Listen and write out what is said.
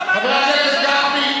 חבר הכנסת גפני,